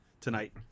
tonight